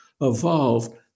evolved